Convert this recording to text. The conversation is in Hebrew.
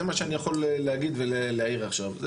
זה מה שאני יכול להגיד ולהעיר עכשיו.